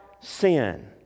sin